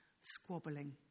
squabbling